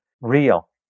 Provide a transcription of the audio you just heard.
real